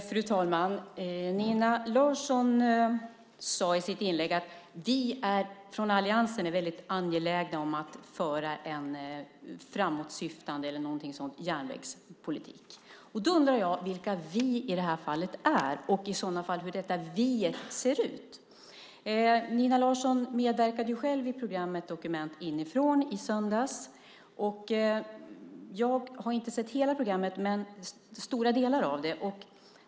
Fru talman! Nina Larsson sade i sitt inlägg: Vi från alliansen är väldigt angelägna om att föra en framåtsyftande - eller något sådant - järnvägspolitik. Då undrar jag vilka vi i det här fallet är och hur detta vi ser ut. Nina Larsson medverkade själv i programmet Dokument inifrån i söndags. Jag har inte sett hela programmet men stora delar av det.